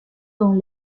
dans